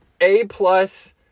A-plus